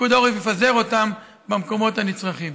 פיקוד העורף יפזר אותן במקומות הנצרכים.